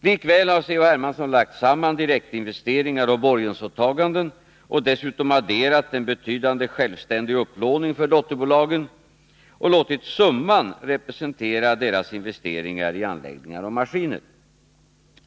Likväl har C.-H. Hermansson lagt samman direktinvesteringar och borgensåtaganden och dessutom adderat en betydande självständig upplåning för dotterbolagen och låtit summan representera deras investeringar i anläggningar och maskiner.